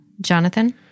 Jonathan